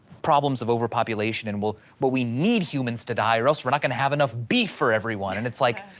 problems of overpopulation. and well, but we need humans to die, or else we're not gonna have enough beef for everyone, and it's like,